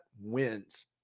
wins